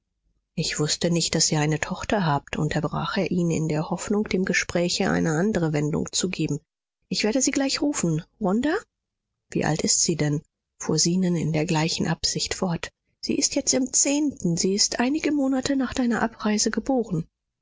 ich wußte nicht daß ihr eine tochter habt unterbrach er ihn in der hoffnung dem gespräche eine andere wendung zu geben ich werde sie gleich rufen wanda wie alt ist sie denn fuhr zenon in der gleichen absicht fort sie ist jetzt im zehnten sie ist einige monate nach deiner abreise geboren